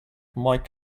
mike